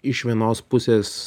iš vienos pusės